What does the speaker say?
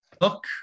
look